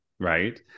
Right